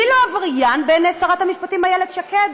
מי לא עבריין בעיני שרת המשפטים איילת שקד?